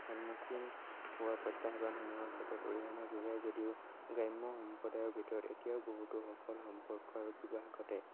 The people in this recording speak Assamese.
সন্মুখীন হোৱা প্ৰত্যাহ্বানসমূহৰ ক্ষেত্ৰত অৰিহণা যোগাই যদিও গ্ৰাম্য সম্প্ৰদায়ৰ ভিতৰত এতিয়াও বহুতো সফল সম্পৰ্ক আৰু বিবাহ ঘটে